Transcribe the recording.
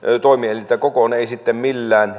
toimielintä kokoon ei sitten millään